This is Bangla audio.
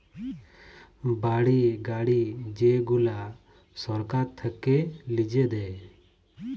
বাড়ি, গাড়ি যেগুলা সরকার থাক্যে লিজে দেয়